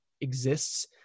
exists